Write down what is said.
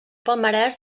palmarès